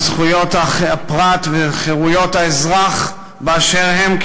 על זכויות הפרט וחירויות האזרח באשר הן,